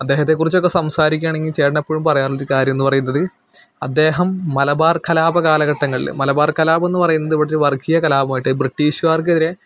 അദ്ദേഹത്തെക്കുറിച്ചൊക്കെ സംസാരിക്കുകയാണെങ്കിൽ ചേട്ടൻ എപ്പോഴും പറയാറുള്ളൊരു കാര്യം എന്ന് പറയുന്നത് അദ്ദേഹം മലബാര് കലാപ കാലഘട്ടങ്ങളിൽ മലബാര് കലാപം എന്ന് പറയുന്നത് ഇവിടെ ഒരു വര്ഗീയ കലാപമായിട്ട് ബ്രിട്ടീഷുകാര്ക്കെതിരെ